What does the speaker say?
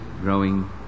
growing